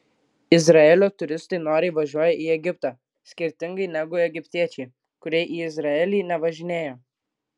izraelio turistai noriai važiuoja į egiptą skirtingai negu egiptiečiai kurie į izraelį nevažinėja